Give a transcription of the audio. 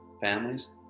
families